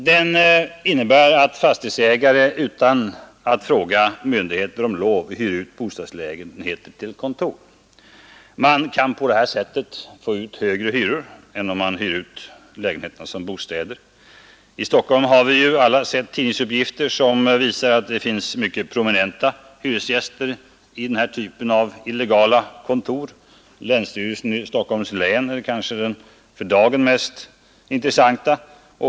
Den innebär att fastighetsägare utan att fråga myndigheter om lov hyr ut bostadslägenheter till kontor. På det sättet kan man få ut högre hyror än om man hyr ut lägenheterna som bostäder. I Stockholm har vi alla sett tidningsuppgifter om att det finns mycket prominenta hyresgäster i denna typ av illegala kontor. Länsstyrelsen i Stockholms län är kanske den för dagen mest intressanta.